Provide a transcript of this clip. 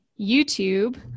YouTube